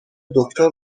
دکتر